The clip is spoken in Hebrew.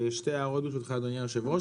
שתי הערות ברשותך אדוני היושב ראש,